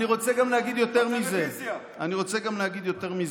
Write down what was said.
אני רוצה להגיד גם יותר מזה.